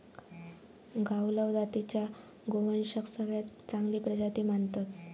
गावलाव जातीच्या गोवंशाक सगळ्यात चांगली प्रजाती मानतत